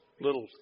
little